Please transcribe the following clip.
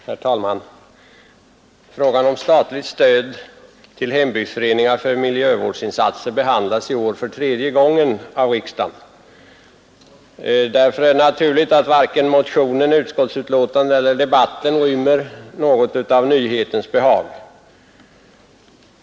Herr talman! Frågan om statligt stöd till hembygdsföreningar för miljövårdsinsatser behandlas i år för tredje gången av riksdagen. Därför är det naturligt att varken motionen, utskottets betänkande eller debatten rymmer något av nyhetens behag.